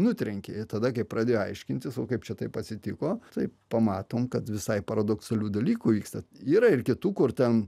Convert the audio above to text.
nutrenkė ir tada kai pradėjo aiškintis o kaip čia taip atsitiko taip pamatom kad visai paradoksalių dalykų vyksta yra ir kitų kur ten